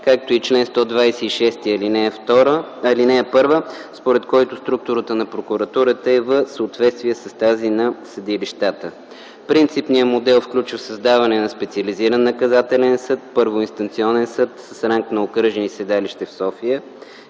както и чл. 126, ал. 1, според който структурата на прокуратурата е в съответствие с тази на съдилищата. Принципният модел включва създаването на специализиран наказателен съд, първоинстанционен съд с ранг на окръжен и със седалище в София,